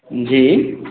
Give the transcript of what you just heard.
जी